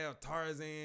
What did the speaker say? Tarzan